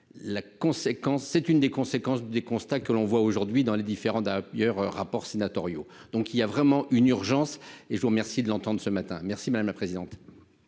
c'est une des conséquences des constats que l'on voit aujourd'hui dans les différents d'ailleurs rapports sénatoriaux, donc il y a vraiment une urgence et je vous remercie de l'entende ce matin, merci madame la présidente.